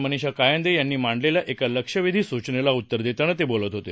मनीषा कायंदे यांनी मांडलेल्या एका लक्षवेधी सूचनेला उत्तर देताना ते बोलत होते